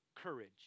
courage